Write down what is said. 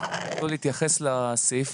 אני יכול להתייחס לסעיף